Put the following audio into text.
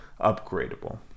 upgradable